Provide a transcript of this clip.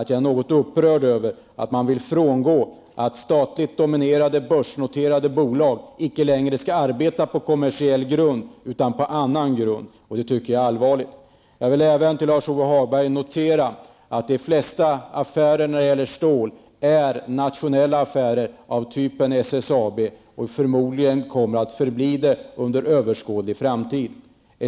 Jag är något upprörd över att man vill att statligt dominerade börsnoterade bolag inte längre skall arbeta på kommersiell grund utan på annan grund. Det är allvarligt. Till Lars-Ove Hagberg vill jag säga att de flesta affärer när det gäller stål är nationella affärer av typ SSAB. Förmodligen kommer det att förbli så under överskådlig framtid.